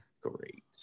great